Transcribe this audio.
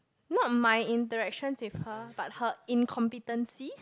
not my interactions with her but her incompetency